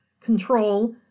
control